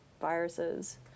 viruses